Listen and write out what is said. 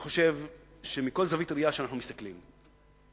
אני חושב שמכל זווית ראייה שאנחנו מסתכלים אנחנו